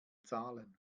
zahlen